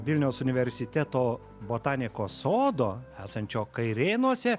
vilniaus universiteto botanikos sodo esančio kairėnuose